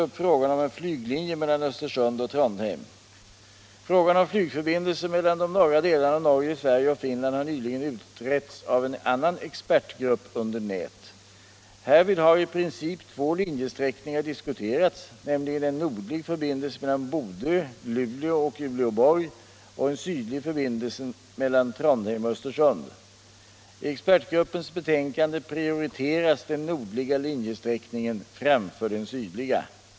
Herr Stjernström tar också upp frågan om en flyglinje mellan Östersund och Trondheim.